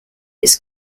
its